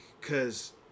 cause